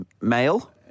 male